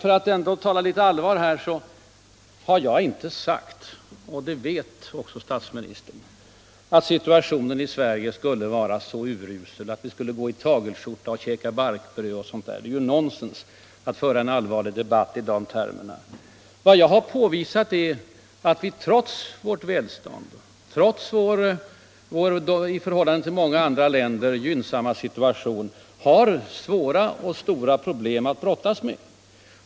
För att ändå tala allvar har jag inte sagt — och det vet statsministern —att situationen i Sverige skulle vara så urusel att vi borde gå i tagelskjorta och äta barkbröd. Det är ju nonsens att föra en allvarlig debatt i sådana termer. Vad jag påvisat är att vi, trots vårt välstånd, trots vår i förhållande till många andra länder gynnsamma situation, har svåra och stora problem att brottas med.